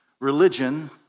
religion